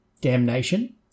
Damnation